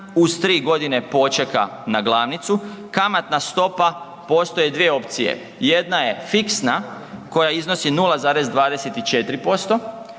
uz 3 godine počeka na glavnicu, kamatna stopa postoje dvije opcije, jedna je fiksna koja iznosi 0,24%